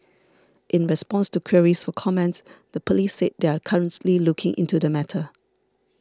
in response to queries for comment the police said they are currently looking into the matter